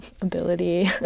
ability